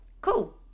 cool